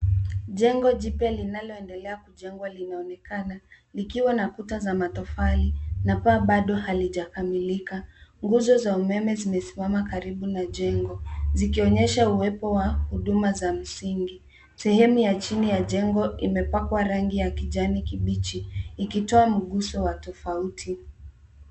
Jengo jipya linaloendelea kujengwa linaonekana likiwa na kuta za matofali na paa bado halijakamilika. Nguzo za umeme zimesimama karibu na jengo zikionyesha uwepo wa huduma za msingi. Sehemu ya chini ya jengo imepakwa rangi ya kijani kibichi ikitoa mguso wa tofauti.